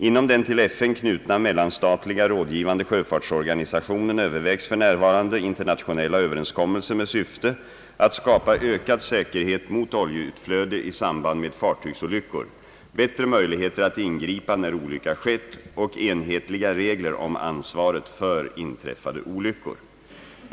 Inom den till FN knutna mellanstatliga rådgivande sjöfartsorganisationen Öövervägs f.n. internationella överenskommelser med syfte att skapa ökad säkerhet mot oljeutflöde i samband med fartygsolyckor, bättre möjligheter att ingripa när olycka skett och enhetliga regler om ansvaret för inträffade olyckor.